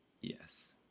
Yes